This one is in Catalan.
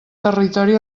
territori